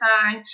time